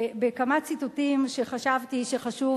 בכמה ציטוטים שחשבתי שחשוב